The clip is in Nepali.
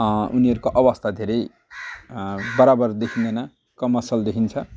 उनीहरूको अवस्था धेरै बराबर देखिँदैन कम असल देखिन्छ